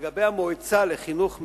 לגבי המועצה לחינוך משלב,